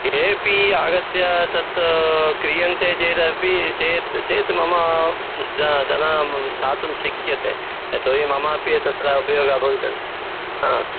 केऽपि आगत्य तत्र क्रीयन्ते चेदपि चेत् चेत् मम धनं दातुं शक्यते यतोहि ममापि तत्र अपि उपयोगम् भवितव्यम्